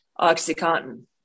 OxyContin